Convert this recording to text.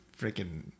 freaking